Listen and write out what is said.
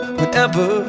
whenever